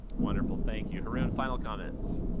wonderful, thank you. haroon, final comments.